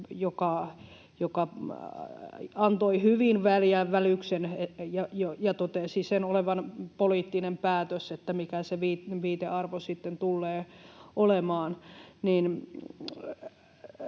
joka antoi hyvin väljän välyksen ja totesi sen olevan poliittinen päätös, mikä se viitearvo sitten tulee olemaan,